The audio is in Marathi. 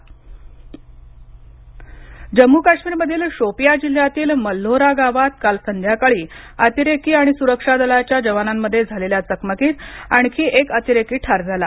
अतिरेकी ठार जम्मू काश्मीर मधील शोपिया जिल्ह्यातील मल्होरा गावात काल संध्याकाळी अतिरेकी आणि सुरक्षा दलाच्या जवानांमध्ये झालेल्या चकमकीत आणखी एक अतिरेकी ठार झाला